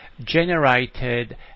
generated